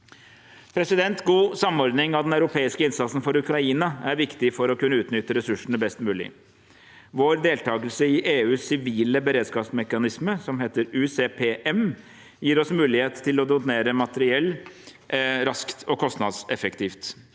ned. God samordning av den europeiske innsatsen for Ukraina er viktig for å kunne utnytte ressursene best mulig. Vår deltakelse i EUs sivile beredskapsmekanisme, som heter UCPM, gir oss mulighet til å donere materiell raskt og kostnadseffektivt.